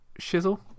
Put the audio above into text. shizzle